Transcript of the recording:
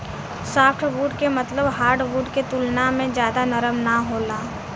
softwood के मतलब hardwood के तुलना में ज्यादा नरम ना होला